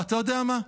ואתה יודע מה,